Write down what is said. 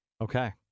Okay